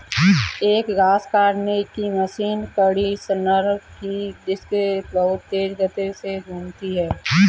एक घास काटने की मशीन कंडीशनर की डिस्क बहुत तेज गति से घूमती है